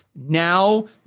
Now